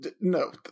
no